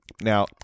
Now